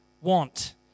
want